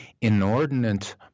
inordinate